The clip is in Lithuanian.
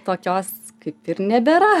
tokios kaip ir nebėra